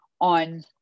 on